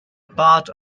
part